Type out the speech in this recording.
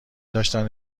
داشتند